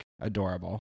adorable